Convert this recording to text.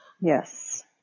Yes